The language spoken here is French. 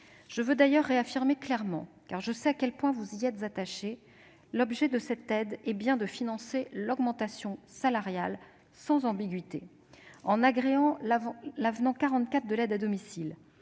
Je veux d'ailleurs réaffirmer clairement, car je sais à quel point vous y êtes attachés, que l'objet de cette aide est bien de financer l'augmentation salariale, sans ambiguïté. En agréant l'avenant 44 à la convention